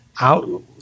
out